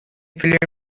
filmed